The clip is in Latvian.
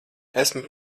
esmu